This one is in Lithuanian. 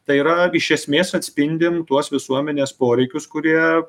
tai yra iš esmės atspindim tuos visuomenės poreikius kurie